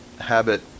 habit